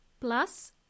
plus